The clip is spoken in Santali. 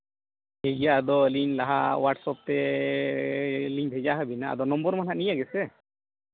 ᱴᱷᱤᱠ ᱜᱮᱭᱟ ᱟᱫᱚ ᱟᱹᱞᱤᱧ ᱞᱟᱦᱟ ᱦᱚᱣᱟᱴᱥᱚᱯ ᱛᱮ ᱞᱤᱧ ᱵᱷᱮᱡᱟ ᱦᱟᱹᱵᱤᱱᱟ ᱟᱫᱚ ᱱᱚᱢᱵᱚᱨ ᱢᱟ ᱦᱟᱸᱜ ᱱᱤᱭᱟᱹ ᱜᱮᱥᱮ